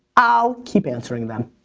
i'll keep answering them.